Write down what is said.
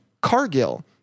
Cargill